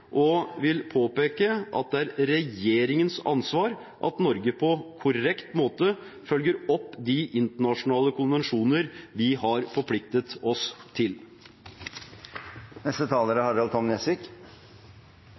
vi vil påpeke at det er regjeringens ansvar at Norge på korrekt måte følger opp de internasjonale konvensjoner vi har forpliktet oss til.